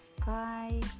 sky